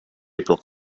april